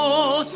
oh